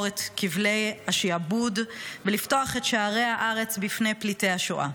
את כבלי השעבוד ולפתוח את שערי הארץ לפני פליטי השואה.